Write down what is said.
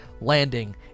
landing